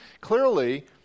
Clearly